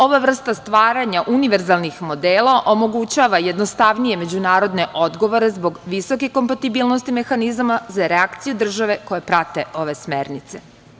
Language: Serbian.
Ova vrsta stvaranja univerzalnih modela omogućava jednostavnije međunarodne odgovore zbog visoke kompatibilnosti mehanizama za reakcije države koje prate ove smernice.